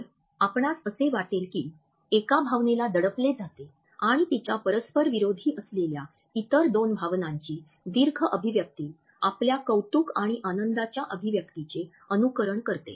तर आपणास असे वाटेल की एका भावनेला दडपले जाते आणि तिच्या परस्पर विरोधी असलेल्या इतर दोन भावनांची दीर्घ अभिव्यक्ती आपल्या कौतुक आणि आनंदाच्या अभिव्यक्तीचे अनुकरण करते